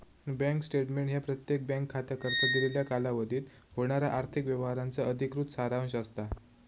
bank statement ह्या प्रत्येक bank खात्याकरता दिलेल्या कालावधीत होणारा आर्थिक व्यवहारांचा अधिकृत सारांश असता